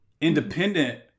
Independent